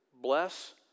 bless